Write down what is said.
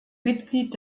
mitglied